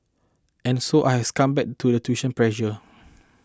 and so I has succumbed to the tuition pressure